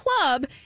club